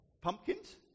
pumpkins